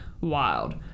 wild